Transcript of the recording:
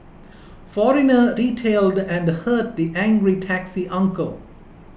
foreigner retailed and hurt the angry taxi uncle